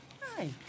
Hi